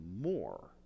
more